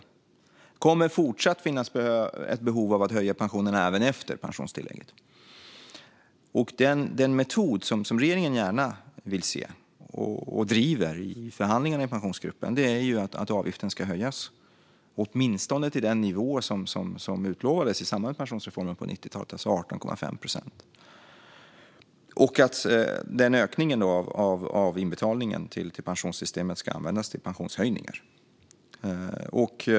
Det kommer att finnas ett behov av att höja pensionerna även efter införandet av pensionstillägget. Den metod som regeringen gärna vill se och som vi driver i förhandlingarna i Pensionsgruppen är att avgiften ska höjas, åtminstone till den nivå som utlovades i samband med pensionsreformen på 90-talet: 18,5 procent. Den ökningen av inbetalningen till pensionssystemet ska användas till pensionshöjningar.